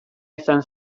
izan